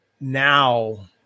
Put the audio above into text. now